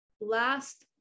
last